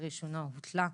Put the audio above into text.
שרישיונו הותלה.